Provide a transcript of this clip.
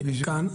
כאן.